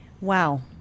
wow